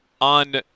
on